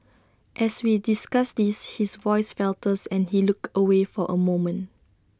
as we discuss this his voice falters and he looks away for A moment